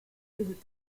visit